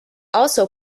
also